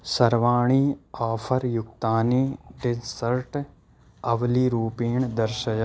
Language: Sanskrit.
सर्वाणि आफ़र् युक्तानि डिसर्ट् अवलीरूपेण दर्शय